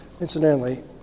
Incidentally